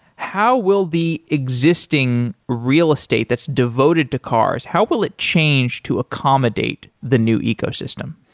how will the existing real estate that's devoted to cars, how will it change to accommodate the new ecosystem?